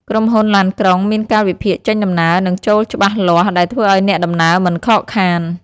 ក្រុមហ៊ុនឡានក្រុងមានកាលវិភាគចេញដំណើរនិងចូលច្បាស់លាស់ដែលធ្វើឱ្យអ្នកដំណើរមិនខកខាន។